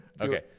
Okay